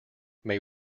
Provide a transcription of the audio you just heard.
may